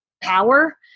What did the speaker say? power